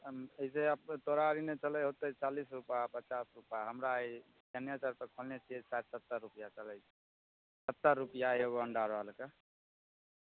ई जे तोरा एन्ने चलै होतै चालिस रुपैआ पचास रुपैआ हमरा एन्ने तऽ चलै छै साठि सत्तरि रुपैआ चलै छै सत्तरि रुपैआ एगो अण्डा रोलके